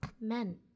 Men